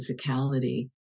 physicality